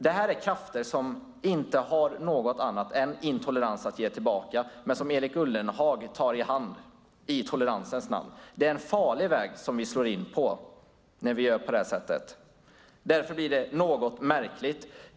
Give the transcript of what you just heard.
Detta är krafter som inte har något annat än intolerans att ge tillbaka men som Erik Ullenhag tar i hand i toleransens namn. Det är en farlig väg som man slår in på när man gör på det sättet. Därför blir det något märkligt.